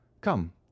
come